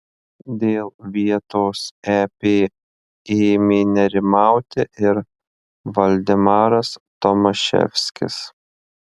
dėl vietos ep ėmė nerimauti ir valdemaras tomaševskis